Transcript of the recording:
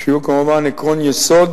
שהוא כמובן עקרון יסוד